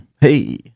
Hey